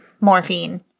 morphine